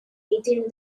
within